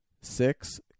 six